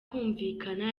kumvikana